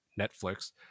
Netflix